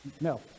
No